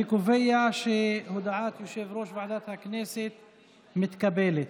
אני קובע שהודעת יושב-ראש ועדת הכנסת מתקבלת.